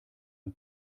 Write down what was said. ein